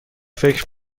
فکر